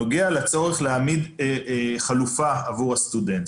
נוגע לצורך להעמיד חלופה עבור הסטודנט.